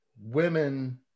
women